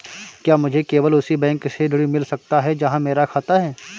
क्या मुझे केवल उसी बैंक से ऋण मिल सकता है जहां मेरा खाता है?